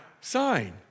sign